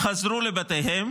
חזרו לבתיהם.